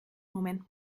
moment